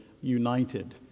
united